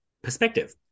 perspective